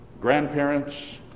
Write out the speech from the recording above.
grandparents